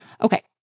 Okay